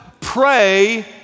pray